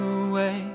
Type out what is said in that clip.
away